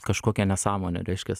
kažkokia nesąmonė reiškias